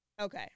Okay